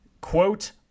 quote